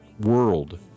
world